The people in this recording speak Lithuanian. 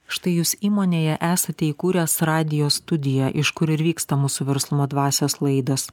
štai jūs įmonėje esate įkūręs radijo studiją iš kur ir vyksta mūsų verslumo dvasios laidos